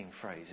phrase